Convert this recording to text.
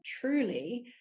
truly